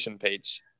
page